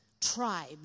tribe